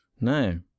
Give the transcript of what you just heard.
No